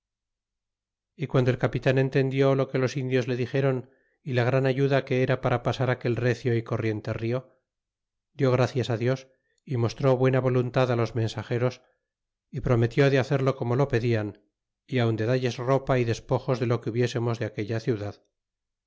y guando el capitan entendió lo que os indios le dixeron y la gran ayuda que era para pasar aquel recio y corriente rio dió gracias dios y mostró buena voluntad los mensageros y prometió de hacerlo como lo pedian y aun de dalles ropa y despojos de lo que hubiésemos de aquella ciudad